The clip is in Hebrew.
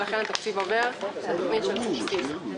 ולכן התקציב עובר לתוכנית של סובסידיה.